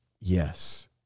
Yes